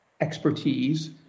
expertise